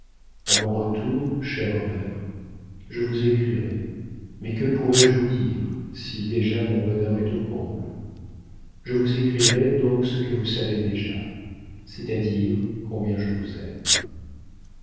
a mon retour chère mère je vous écrirai mais que pourrai-je vous dire si déjà mon bonheur est au comble je vous écrirai donc ce que vous savez déjà c'est-à-dire combien je vous aime